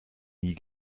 nie